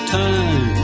time